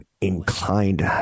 inclined